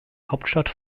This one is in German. hauptstadt